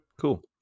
cool